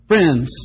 Friends